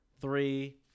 three